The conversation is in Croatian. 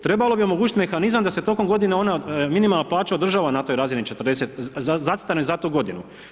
Trebalo bi omogućiti mehanizam da se tokom godine ona minimalna plaća održava na toj razini 40, zacrtanoj za tu godinu.